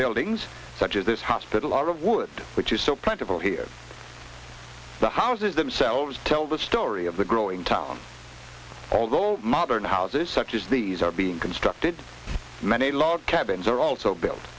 buildings such as this hospital are of wood which is so plentiful here the houses themselves tell the story of the growing town although modern houses such as these are being constructed many log cabins are also buil